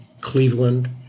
Cleveland